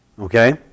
okay